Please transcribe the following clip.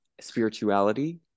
spirituality